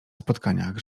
spotkaniach